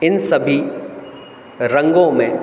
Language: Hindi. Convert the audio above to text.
इन सभी रंगों में